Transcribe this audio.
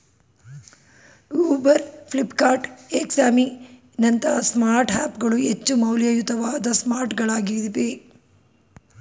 Uber, Flipkart, ಎಕ್ಸಾಮಿ ನಂತಹ smart app ಗಳು ಹೆಚ್ಚು ಮೌಲ್ಯಯುತವಾದ ಸ್ಮಾರ್ಟ್ಗಳಾಗಿವೆ